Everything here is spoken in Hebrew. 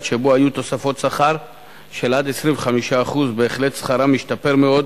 שבו היו תוספות שכר של עד 25%. בהחלט שכרם השתפר מאוד,